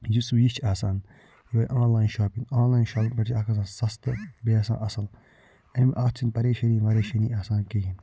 یُس وۄنۍ یہِ چھُ آسان یہۄے آنلاین شواپِنٛگ آنلاین شواپِنٛگ پٮ۪ٹھ چھُ اکھ آسان سَستہٕ بیٚیہِ آسان اصٕل اَمہِ اَتھ چھَنہٕ پَریشٲنی وَریشٲنی آسان کِہیٖنۍ